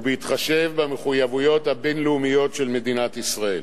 ובהתחשב במחויבויות הבין-לאומיות של מדינת ישראל.